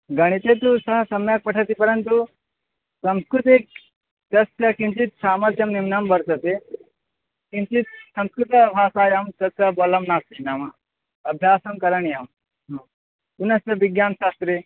गणिते तु सः सम्यक् पठति परन्तु संस्कृते तस्य किञ्चित् सामर्थ्यं निम्नं वर्तते किञ्चित् संस्कृतभाषायां तस्य बलं नास्ति नाम अभ्यासं करणीयं ह्म् पुनश्च विज्ञानशास्त्रे